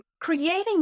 Creating